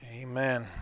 Amen